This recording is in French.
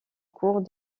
cours